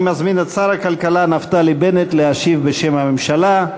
אני מזמין את שר הכלכלה נפתלי בנט להשיב בשם הממשלה.